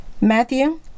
Matthew